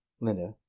Linda